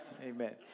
Amen